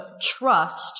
trust